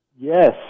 Yes